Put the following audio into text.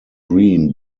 green